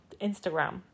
Instagram